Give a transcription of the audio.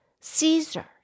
Caesar